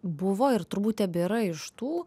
buvo ir turbūt tebėra iš tų